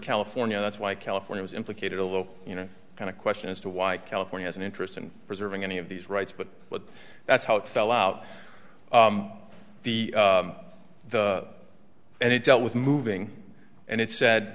california that's why california is implicated a little you know kind of question as to why california has an interest in preserving any of these rights but that's how it fell out the the and it dealt with moving and it said